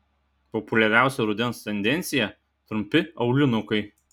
populiariausia rudens tendencija trumpi aulinukai